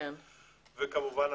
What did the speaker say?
וכמובן,